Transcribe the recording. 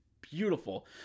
beautiful